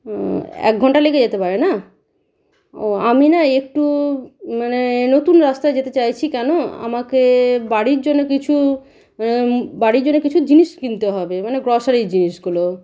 ও এক ঘণ্টা লেগে যেতে পারে না ও আমি না একটু মানে নতুন রাস্তায় যেতে চাইছি কেন আমাকে বাড়ির জন্য কিছু বাড়ির জন্য কিছু জিনিস কিনতে হবে মানে গ্রসারির জিনিসগুলো